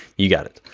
you got it,